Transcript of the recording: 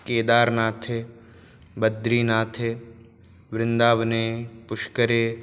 केदारनाथे बद्रीनाथे वृन्दावने पुष्करे